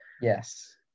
Yes